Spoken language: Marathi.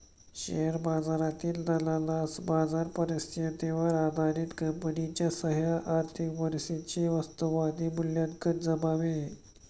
शेअर बाजारातील दलालास बाजार परिस्थितीवर आधारित कंपनीच्या सद्य आर्थिक परिस्थितीचे वास्तववादी मूल्यांकन जमावे